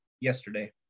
yesterday